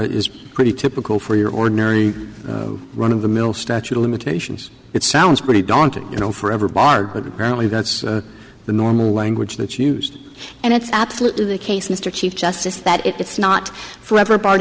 is pretty typical for your ordinary run of the mill statute of limitations it sounds pretty daunting you know forever barred apparently that's the normal language that's used and it's absolutely the case mr chief justice that it's not forever part